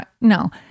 no